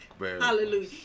hallelujah